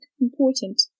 important